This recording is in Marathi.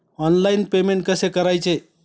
ऑनलाइन पेमेंट कसे करायचे?